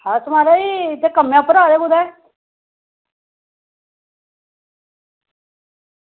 अस महाराज इत्थें कम्में उप्पर आए दे कुदै